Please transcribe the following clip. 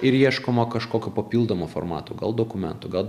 ir ieškoma kažkokio papildomo formato gal dokumentų gal